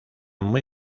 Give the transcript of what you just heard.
muy